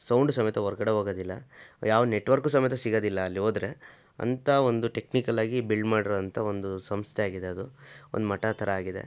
sound ಸಮೇತ ಹೊರ್ಗಡೆ ಹೋಗೋದಿಲ್ಲ ಯಾವ ನೆಟ್ ವರ್ಕು ಸಮೇತ ಸಿಗೋದಿಲ್ಲ ಅಲ್ಲಿ ಹೋದ್ರೆ ಅಂಥ ಒಂದು ಟೆಕ್ನಿಕಲ್ ಆಗಿ ಬಿಲ್ಡ್ ಮಾಡಿರೊವಂಥ ಒಂದು ಸಂಸ್ಥೆಯಾಗಿದೆ ಅದು ಒಂದು ಮಠ ಥರ ಆಗಿದೆ